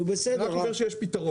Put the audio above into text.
אני רק אומר שיש פתרון.